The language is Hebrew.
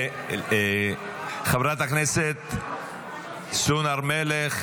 חברת הכנסת סון הר מלך,